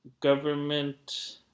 Government